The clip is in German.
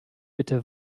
bitte